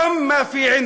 תתביישו לכם במה שעשיתם)